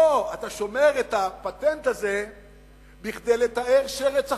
לא, אתה שומר את הפטנט הזה כדי לטהר שרץ אחר,